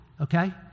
okay